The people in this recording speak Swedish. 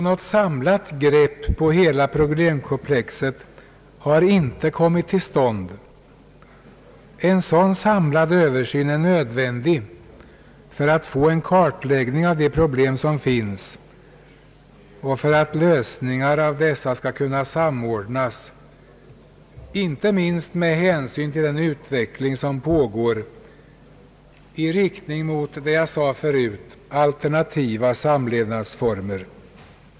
Något samlat grepp på hela problemkomplexet har inte kommit till stånd. En samlad översyn är nödvändig för att få en kartläggning av de problem som finns och för att kunna samordna lösningar av dessa, inte minst med hänsyn till den utveckling som pågår mot alternativa samlevnadsformer.